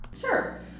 Sure